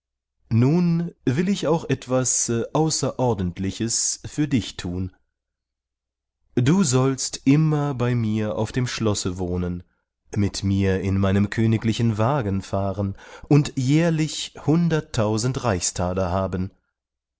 nun will ich auch etwas außerordentliches für dich thun du sollst immer bei mir auf dem schlosse wohnen mit mir in meinem königlichen wagen fahren und jährlich hunderttausend reichsthaler haben